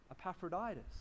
Epaphroditus